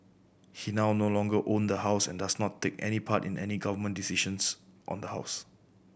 he now no longer own the house and does not take part in any Government decisions on the house